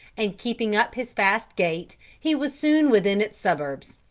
and keeping up his fast gait he was soon within its suburbs.